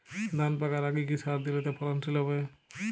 ধান পাকার আগে কি সার দিলে তা ফলনশীল হবে?